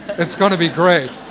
that's going to be great.